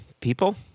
people